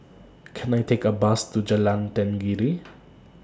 Can I Take A Bus to Jalan Tenggiri